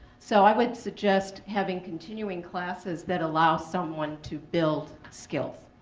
so i would suggest having continuing classes that allow someone to build skills.